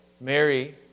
Mary